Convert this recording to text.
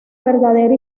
verdadera